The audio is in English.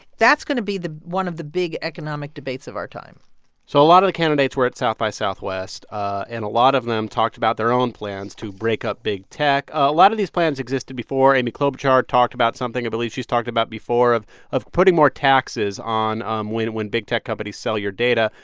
that's going to be the one of the big economic debates of our time so a lot of the candidates were at south by southwest. ah and a lot of them talked about their own plans to break up big tech. a lot of these plans existed before. amy klobuchar talked about something i believe she's talked about before of of putting more taxes on um when big tech companies sell your data.